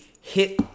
hit